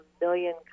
million